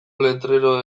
letrero